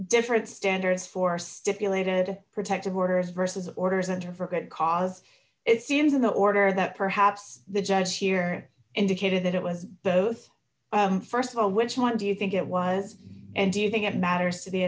different standards for stipulated protective orders versus orders and or for that cause it seems in the order that perhaps the jacks here indicated that it was both st of all which one do you think it was and do you think it matters to the